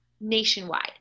nationwide